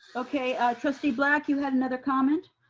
okay. trustee black, you had another comment.